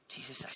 Jesus